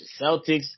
Celtics